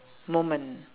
moment